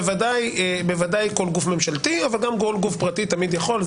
בוודאי כל גוף ממשלתי אבל גם כל גוף פרטי תמיד יכול,